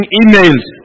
emails